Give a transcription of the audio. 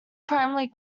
primarily